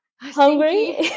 hungry